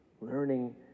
Learning